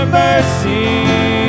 mercy